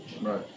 Right